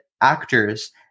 actors